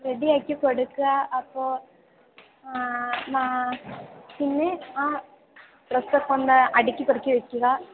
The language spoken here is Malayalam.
റെഡിയാക്കി കൊടുക്കുക അപ്പോൾ നാ പിന്നെ ആ ഡ്രസ് ഒക്കെ ഒന്ന് അടുക്കി പെറുക്കി വയ്ക്കുക